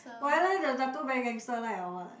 why leh the tattoo very gangster like or what